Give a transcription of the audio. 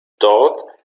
dort